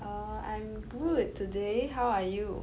err I'm good today how are you